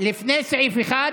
לפני סעיף 1,